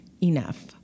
enough